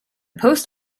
post